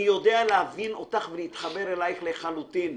אני יודע להבין אותך ולהתחבר אלייך לחלוטין,